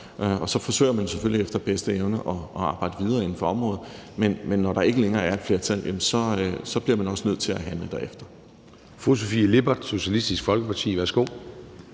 og så forsøger man selvfølgelig efter bedste evne at arbejde videre inden for området. Men når der ikke længere er et flertal, bliver man også nødt til at handle derefter.